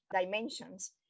dimensions